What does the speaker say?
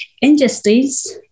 injustice